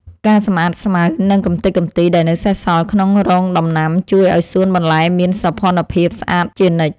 ការសម្អាតស្មៅ និងកម្ទេចកំទីដែលនៅសេសសល់ក្នុងរងដំណាំជួយឱ្យសួនបន្លែមានសោភ័ណភាពស្អាតជានិច្ច។